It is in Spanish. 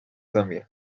también